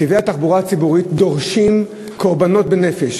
נתיבי התחבורה הציבורית דורשים קורבנות בנפש,